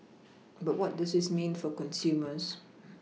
but what does this mean for consumers